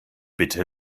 bitte